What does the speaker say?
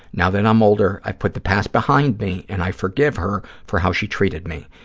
now that i'm older, i put the past behind me and i forgive her for how she treated me.